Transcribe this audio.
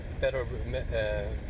better